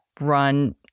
run